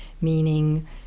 meaning